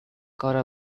cover